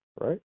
right